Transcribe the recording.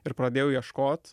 ir pradėjau ieškot